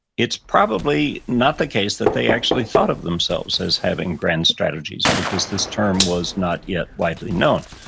it's probably not the case that they actually thought of themselves as having grand strategies because this term was not yet widely known.